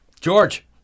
George